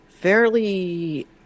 fairly